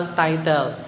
title